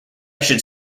should